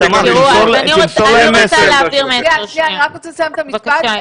אני רק רוצה לסיים את המשפט.